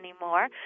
anymore